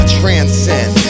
transcend